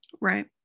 Right